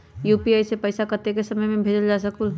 UPI से पैसा कतेक समय मे भेजल जा स्कूल?